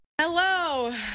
Hello